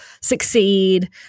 succeed